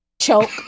choke